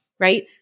right